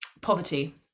Poverty